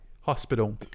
Hospital